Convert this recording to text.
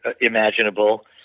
imaginable